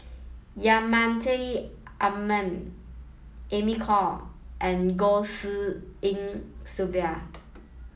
Yasman Aman Amy Khor and Goh Tshin En Sylvia